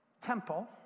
temple